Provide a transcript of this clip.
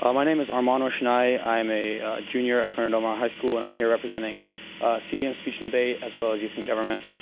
um my name is arman roshonnai, i am a junior at corona del mar high school, and i'm here representing cdm speech and debate as well as youth in government.